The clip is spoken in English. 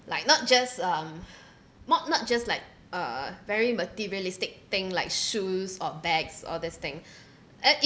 like not just um not not just like uh very materialistic thing like shoes or bags or this thing and